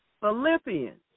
Philippians